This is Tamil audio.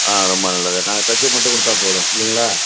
ஆ ரொம்ப நல்லது நாங்கள் தச்சி மட்டும் கொடுத்தா போதும் இல்லைங்களா